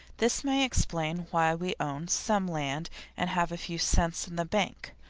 this may explain why we own some land and have a few cents in the bank.